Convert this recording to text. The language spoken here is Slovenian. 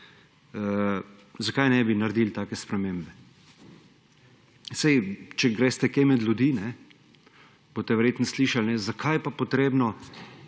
zakaj ne bi naredili take spremembe? Če greste kaj med ljudi, boste verjetno slišali, zakaj je pa potrebno